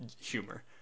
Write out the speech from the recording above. humor